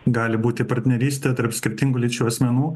gali būti partnerystė tarp skirtingų lyčių asmenų